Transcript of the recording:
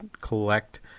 collect